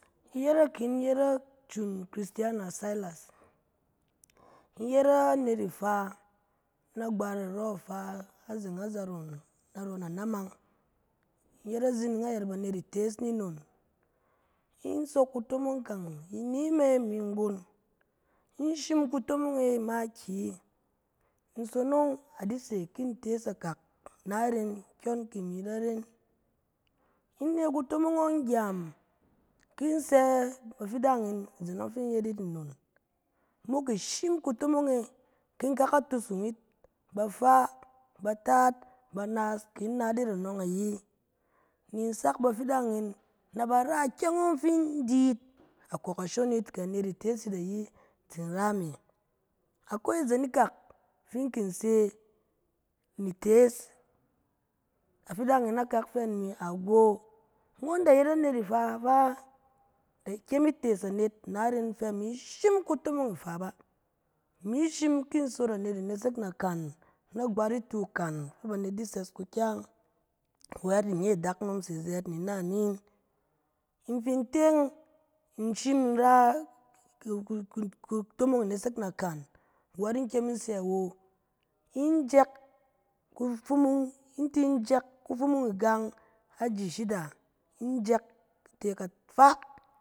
Iyerek in yet acun christiana sailas, in yet anet ifa. na gbat arɔ ifa azeng azaron narɔ na namang. In yet azining ayɛt bafi itees ni nnon, in sok kutomong nan neme imi nggon, in shim kutomong e makiyi, in sonong a di se ke in tees akak na ren kyɔn ti imi da ren. In ne kutomong e gyem, ki in sɛ bafidan in izen ɔng fi in se yit nnon. Mok ishim kutomong e, ki in ka ka tusung yit, na bafa, bataat, banaas, ki in nat yit anɔng ayi, ni in sak bafidan in na ba ra ikyɛng fi i di yit akok ashon yit kɛ anet itees yit ayi tsin ra me. Akwi izen ikak, fin in ki se ni itees, afidan in akak a fɛ agoo, ngɔn da yet anet ifa fa, da kyem itees anet na ren, imi fɛ in shim kutomong ifa bá. Imi shim ki in sot anet inesek na kan, na gat itu kan fɛ banet di sɛs kukyang. Wɛt inye adakunom se zɛɛt ni in nan in. In fin teng, in shim in ra ku-ku-kutomong na kan, wat in kyem in sɛ awo. In jɛk kufumung, in tin jɛk igang aji shida, in jɛk a te kafaa.